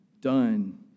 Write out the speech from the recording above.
done